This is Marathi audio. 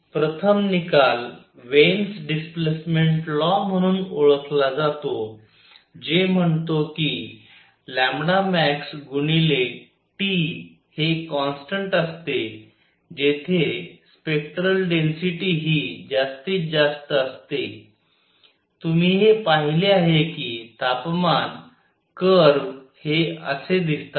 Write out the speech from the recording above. प्रथम निकाल वेन्स डिस्प्लेसमेंट लॉ म्हणून ओळखला जातो जो म्हणतो की max गुणिले T हे कॉन्स्टन्ट असते जेथे स्पेक्टरल डेन्सिटी हि ज्यास्तीत ज्यास्त असते तुम्ही हे पाहिले आहे की तापमान कर्व हे असे दिसतात